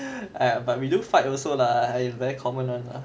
!aiya! but we don't fight also lah very common one lah